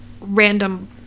random